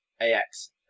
AX